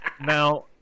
Now